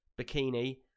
bikini